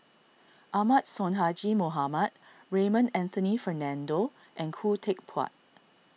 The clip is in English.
Ahmad Sonhadji Mohamad Raymond Anthony Fernando and Khoo Teck Puat